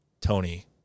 tony